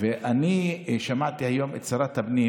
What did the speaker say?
ואני שמעתי היום את שרת הפנים